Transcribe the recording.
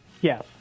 Yes